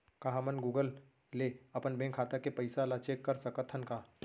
का हमन गूगल ले अपन बैंक खाता के पइसा ला चेक कर सकथन का?